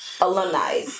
alumni